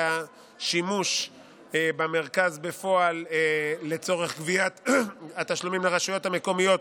והשימוש במרכז בפועל לצורך גביית התשלומים לרשויות המקומיות